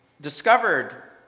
discovered